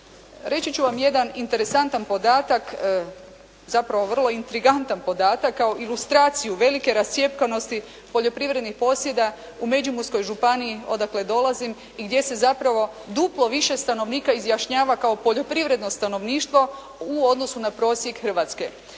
Reći ću vam jedan interesantan podatak zapravo vrlo intrigantan podatak kao ilustraciju velike rascjepkanosti poljoprivrednih posjeda u Međimurskoj županiji odakle dolazim i gdje se zapravo duplo više stanovnika izjašnjava kao poljoprivredno stanovništvo u odnosu na prosjek Hrvatske.